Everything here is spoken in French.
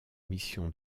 mission